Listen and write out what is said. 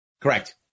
Correct